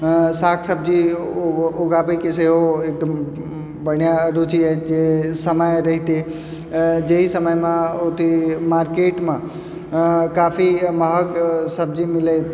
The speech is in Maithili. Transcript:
साग सब्जी उगाबैके सेहो एकदम बढ़िआँ रुचि रहै छै जे समय रहितै जही समयमे औतै मार्केटमे काफी महग सब्जी मिलै